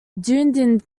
dunedin